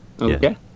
Okay